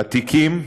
עתיקים,